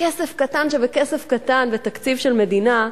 כסף קטן שבכסף קטן בתקציב של מדינה,